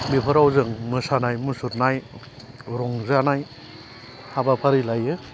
बेफोराव जों मोसानाय मुसुरनाय रंजानाय हाबाफारि लायो